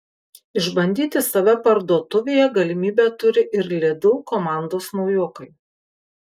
išbandyti save parduotuvėje galimybę turi ir lidl komandos naujokai